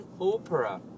opera